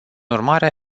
urmare